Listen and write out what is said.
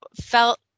felt